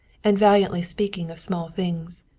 and valiantly speaking of small things,